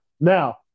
Now